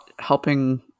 helping